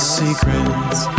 secrets